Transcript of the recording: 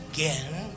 again